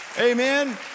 Amen